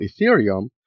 Ethereum